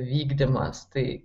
vykdymas tai